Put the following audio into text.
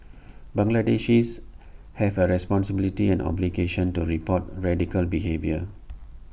Bangladeshis have A responsibility and obligation to report radical behaviour